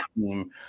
team